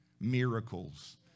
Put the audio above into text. miracles